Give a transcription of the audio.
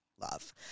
love